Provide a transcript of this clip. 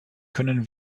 können